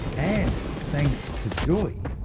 and thanks to joy,